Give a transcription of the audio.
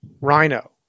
Rhino